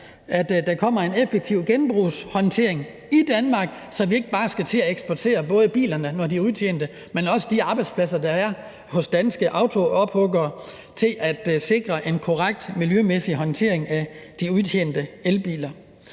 at der kommer en effektiv genbrugshåndtering i Danmark, så vi ikke bare skal til at eksportere både bilerne, når de er udtjente, men også de arbejdspladser, der er hos danske autoophuggere til at sikre en korrekt miljømæssig håndtering af de udtjente elbiler.